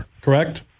Correct